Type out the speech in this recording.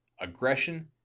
aggression